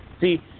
see